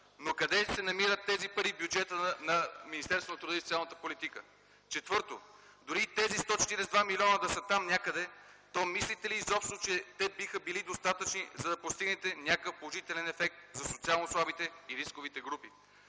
но къде се намират тези пари в бюджета на Министерството на труда и социалната политика? Четвърто, дори и тези 142 милиона да са там някъде, то мислите ли изобщо, че те биха били достатъчни, за да постигнете някакъв положителен ефект за социално слабите и рисковите групи?